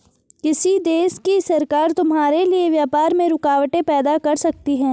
किसी देश की सरकार तुम्हारे लिए व्यापार में रुकावटें पैदा कर सकती हैं